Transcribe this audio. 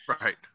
Right